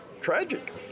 tragic